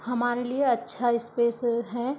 हमारे लिए अच्छा स्पेस है